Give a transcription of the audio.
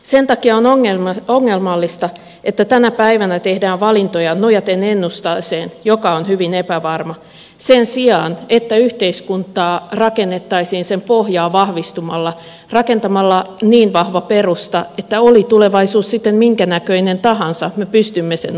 sen takia on ongelmallista että tänä päivänä tehdään valintoja nojaten ennusteeseen joka on hyvin epävarma sen sijaan että yhteiskuntaa rakennettaisiin sen pohjaa vahvistamalla rakentamalla niin vahva perusta että oli tulevaisuus sitten minkä näköinen tahansa me pystymme sen ottamaan vastaan